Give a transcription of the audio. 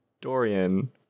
Dorian